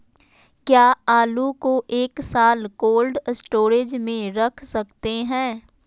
क्या आलू को एक साल कोल्ड स्टोरेज में रख सकते हैं?